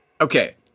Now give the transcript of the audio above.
okay